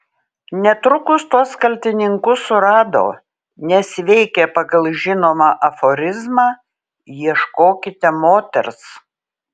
netrukus tuos kaltininkus surado nes veikė pagal žinomą aforizmą ieškokite moters